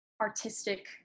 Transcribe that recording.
artistic